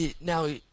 Now